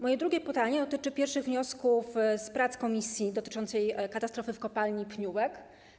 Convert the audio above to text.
Moje drugie pytanie dotyczy pierwszych wniosków z prac komisji dotyczących katastrofy w kopalni Pniówek.